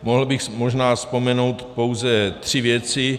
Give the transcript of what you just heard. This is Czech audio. Mohl bych možná vzpomenout pouze tři věci.